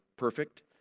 Perfect